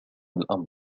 الأمر